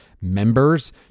members